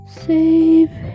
save